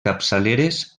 capçaleres